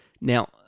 Now